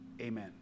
Amen